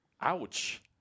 Ouch